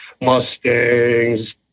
mustangs